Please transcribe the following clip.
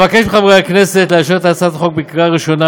אבקש מחברי הכנסת לאשר את הצעת החוק בקריאה ראשונה